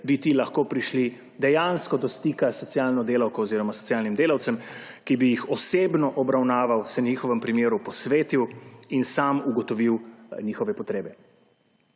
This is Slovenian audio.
bi ti lahko prišli dejansko do stika s socialno delavko oziroma socialnim delavcem, ki bi jih osebno obravnaval, se njihovemu primeru posvetil in sam ugotovil njihove potrebe.